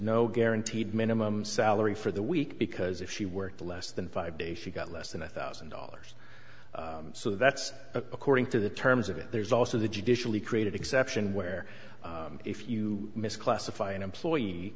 no guaranteed minimum salary for the week because if she worked less than five days she got less than a thousand dollars so that's according to the terms of it there's also the judicially created exception where if you miss classify an employee